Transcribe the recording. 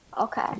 Okay